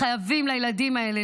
חייבים לילדים האלה.